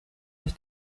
ich